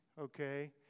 okay